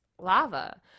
lava